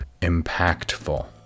impactful